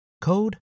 code